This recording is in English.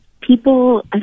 people